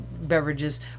beverages